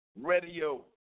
radio